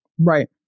Right